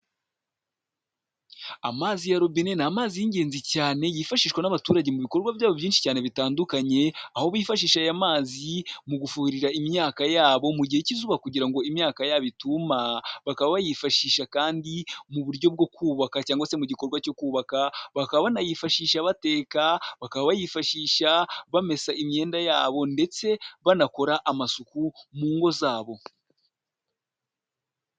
Amazi ya robina ni amazi y'ingenzi cyane, yifashishwa n'abaturage mu bikorwa byabo byinshi cyane bitandukanye, aho bifashisha aya mazi mu gufurira imyaka yabo mu gihe cy'izuba kugira ngo imyaka yabo ituma, bakaba bayifashisha kandi mu buryo bwo kubaka cyangwa se mu gikorwa cyo kubaka, bakaba banayifashisha bateka, bakaba bayifashisha bamesa imyenda yabo ndetse banakora amasuku mu ngo zabo.